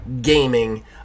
gaming